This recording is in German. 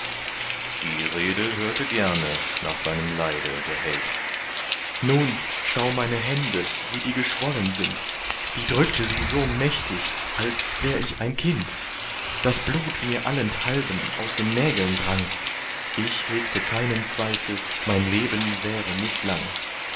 die rede hörte gerne nach seinem leide der held nun schau meine hände wie die geschwollen sind die drückte sie so mächtig als wär ich ein kind das blut mir allenthalben aus den nägeln drang ich hegte keinen zweifel mein leben währe nicht lang